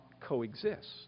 coexist